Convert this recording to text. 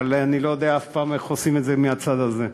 אבל אני לא יודע אף פעם איך עושים את זה מהצד הזה.